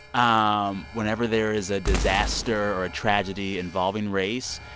um whenever there is a disaster or a tragedy involving race,